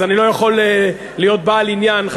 אז אני לא יכול להיות בעל עניין,